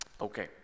Okay